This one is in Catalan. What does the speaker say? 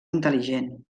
intel·ligent